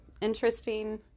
interesting